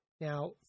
Now